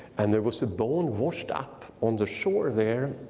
and there was a bone washed up on the shore there.